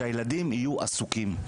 שהילדים יהיו עסוקים,